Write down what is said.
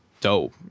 dope